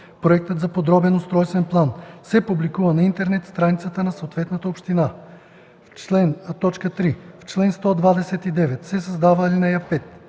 „Проектът за подробен устройствен план се публикува на интернет страницата на съответната община.“ 3. В чл.129 се създава ал. 5: